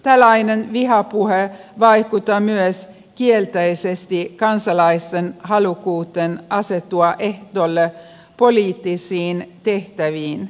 tällainen vihapuhe vaikuttaa kielteisesti myös kansalaisten halukkuuteen asettua ehdolle poliittisiin tehtäviin